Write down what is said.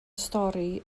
stori